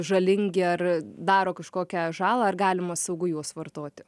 žalingi ar daro kažkokią žalą ar galima saugu juos vartoti